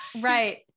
Right